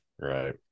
Right